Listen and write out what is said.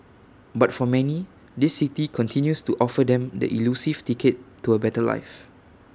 but for many this city continues to offer them the elusive ticket to A better life